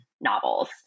novels